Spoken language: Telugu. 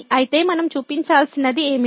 అయితే మనం చూపించాల్సినది ఏమిటి